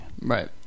Right